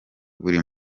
buri